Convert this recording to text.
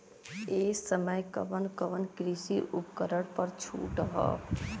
ए समय कवन कवन कृषि उपकरण पर छूट ह?